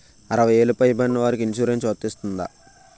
అరవై ఏళ్లు పై పడిన వారికి ఇన్సురెన్స్ వర్తిస్తుందా?